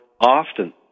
often